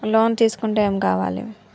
Loan తీసుకుంటే ఏం కావాలి?